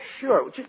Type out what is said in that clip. sure